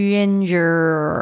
Ginger